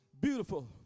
Beautiful